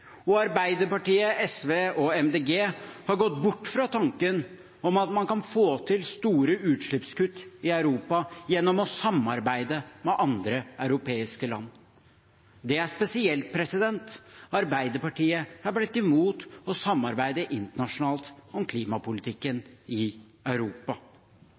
og Arbeiderpartiet, SV og Miljøpartiet De Grønne har gått bort fra tanken om at man kan få til store utslippskutt i Europa gjennom å samarbeide med andre europeiske land. Det er spesielt. Arbeiderpartiet har blitt imot å samarbeide internasjonalt om klimapolitikken i Europa.